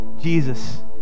jesus